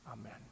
Amen